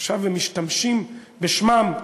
עכשיו הם משתמשים בשמם.